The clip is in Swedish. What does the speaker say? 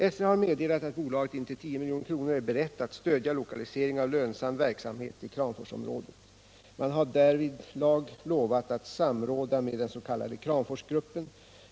SCA har meddelat att bolaget intill 10 milj.kr. är berett att stödja lokalisering av lönsam verksamhet till Kram forsområdet. Man har därvidlag lovat att samråda med den s.k. Kramforsgruppen.